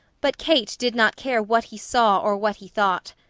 but kate did not care what he saw or what he thought.